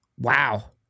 Wow